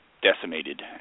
decimated